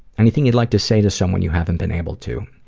anything you'd like to say to someone you haven't been able to?